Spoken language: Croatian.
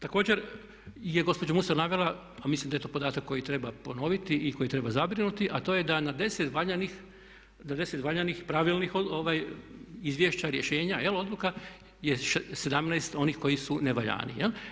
Također je gospođa Musa navela, a mislim da je to podatak koji treba ponoviti i koji treba zabrinuti, a to je da na 10 valjanih pravilnih izvješća, rješenja, odluka je 17 onih koji su nevaljani.